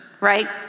right